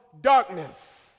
darkness